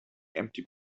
empty